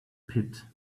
pit